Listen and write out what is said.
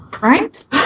right